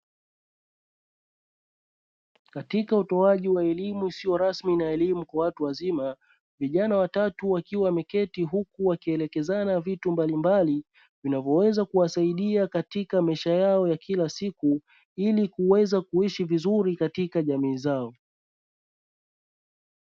Katika utoaji wa elimu isio rasmi na elimu ya watu wazima, vijana watatu wakiwa wameketi huku wakielekezana vitu mbalimbali vinavoweza kuwasaidia katika maisha yao ya kila siku ili kuweza kuishi vizuri katika jamii zao.